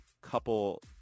couple